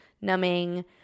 numbing